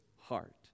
heart